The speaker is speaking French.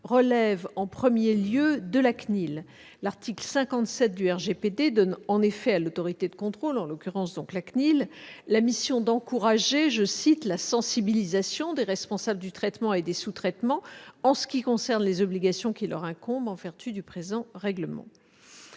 relève en premier lieu de la CNIL. L'article 57 du RGPD donne en effet à l'autorité de contrôle, en l'occurrence la CNIL, la mission d'encourager « la sensibilisation des responsables du traitement et des sous-traitants en ce qui concerne les obligations qui leur incombent en vertu du présent règlement ».